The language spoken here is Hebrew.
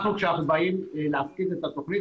כשאנחנו באים להפקיד את התוכנית,